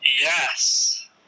Yes